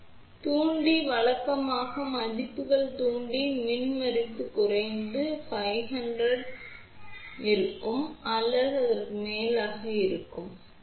இப்போது தூண்டியின் வழக்கமான மதிப்புகள் தூண்டியின் மின்மறுப்பு குறைந்தது 500  அல்லது அதற்கு மேற்பட்டதாக இருக்க வேண்டும்